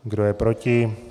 Kdo je proti?